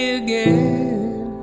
again